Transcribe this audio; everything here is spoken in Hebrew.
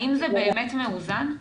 האם זה באמת מאוזן?